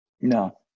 No